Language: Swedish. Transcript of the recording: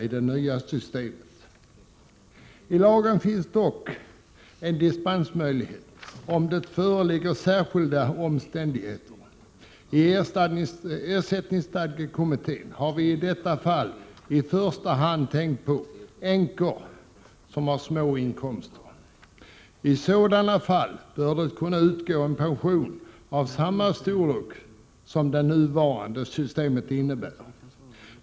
I lagen föreligger dock en dispensmöjlighet då det föreligger särskilda omständigheter. I ersättningsstadgekommittén har vi i detta fall i första hand tänkt på änkor med små inkomster. Till dessa änkor bör det kunna utgå en pension av samma storlek som det nuvarande systemet garanterar.